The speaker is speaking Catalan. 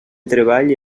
treball